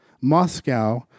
Moscow